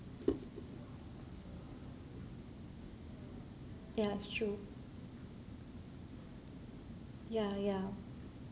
ya it's true ya ya